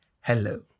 hello